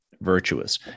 virtuous